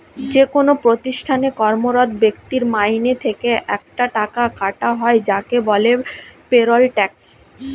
যেকোন প্রতিষ্ঠানে কর্মরত ব্যক্তির মাইনে থেকে একটা টাকা কাটা হয় যাকে বলে পেরোল ট্যাক্স